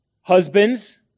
husbands